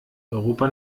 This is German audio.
europa